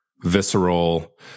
visceral